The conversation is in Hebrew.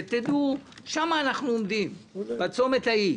שם אנחנו עומדים, בצומת ההוא.